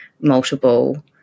multiple